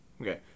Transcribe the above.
Okay